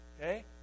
Okay